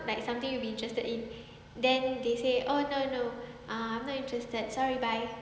like something you'd be interested in then they say oh no no I'm not interested sorry bye